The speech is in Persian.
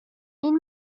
این